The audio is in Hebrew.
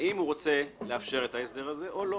האם הוא רוצה לאפשר את ההסדר הזה או לא.